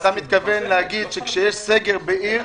אתה מתכוון להגיד שכאשר יש סגר בעיר,